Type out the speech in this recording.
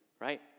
right